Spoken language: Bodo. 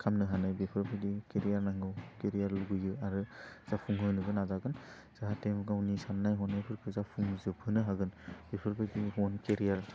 खामनो हानाय बेफोरबायदि केरियार नांगौ केरियार लुबैयो आरो जाफुंहोनोबो नाजागोन जाहाते गावनि साननाय हनायफोरखौ जाफुंजोबहोनो हागोन बेफोरबायदि अन केरियार